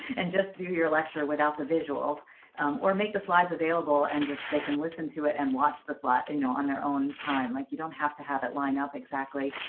and just do your lecture without the visuals or make the slides available. and just they can listen to it and watch the slot, and you know, on their own time. like you don't have to have it line up. exactly.